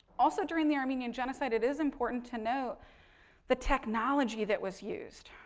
also, during the armenian genocide, it is important to note the technology that was used,